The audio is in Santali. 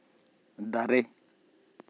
ᱫᱟᱨᱮ